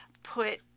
Put